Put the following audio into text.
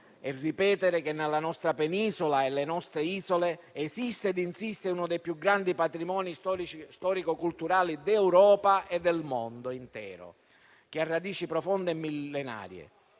Ribadisco che nella nostra penisola e nelle nostre isole esiste e insiste uno dei più grandi patrimoni storico-culturali d'Europa e del mondo intero, che ha radici profonde e millenarie,